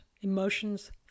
emotions